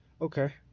Okay